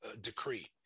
decree